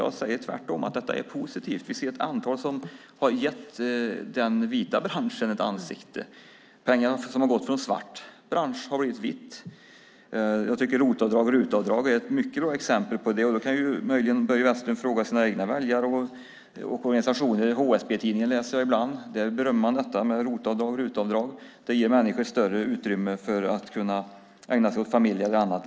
Jag säger tvärtom att det är positivt. Vi ser ett antal som har gett den vita branschen ett ansikte. Pengar som har gått från en svart bransch har blivit vita. Jag tycker att ROT-avdrag och RUT-avdrag är mycket bra exempel på detta. Börje Vestlund kan möjligen fråga sina egna väljare och organisationer. Jag läser ibland HSB-tidningen. Där berömmer man ROT-avdrag och RUT-avdrag. Det ger människor större utrymme för att kunna ägna sig åt familj och annat.